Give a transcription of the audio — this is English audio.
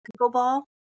pickleball